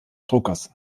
druckers